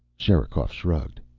sherikov shrugged.